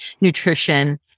nutrition